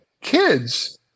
kids